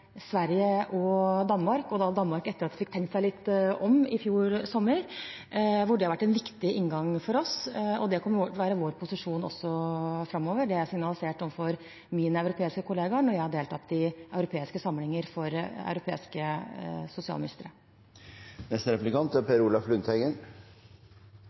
Sverige og Danmark – i Danmark etter at de fikk tenkt seg litt om i fjor sommer – hvor det har vært en viktig inngang for oss, og det kommer til å være vår posisjon også framover. Det har jeg signalisert overfor mine europeiske kollegaer når jeg har deltatt i europeiske samlinger for europeiske sosialministre.